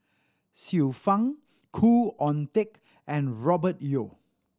Xiu Fang Khoo Oon Teik and Robert Yeo